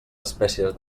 espècies